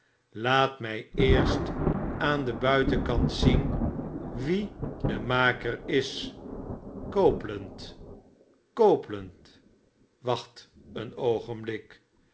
laat mjj eerst aan den buitenkant zien wiede maker is copeland copeland wacht een oogenblik